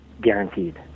guaranteed